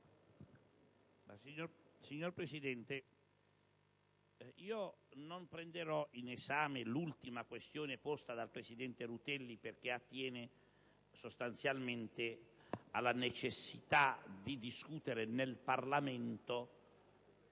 Signor Presidente, io non prenderò in esame l'ultima questione posta dal presidente Rutelli, perché attiene alla necessità di discutere nel Parlamento